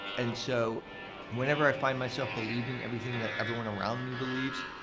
and so whenever i find myself believing everything that everyone around me believes,